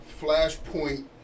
Flashpoint